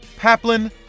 Paplin